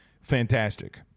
fantastic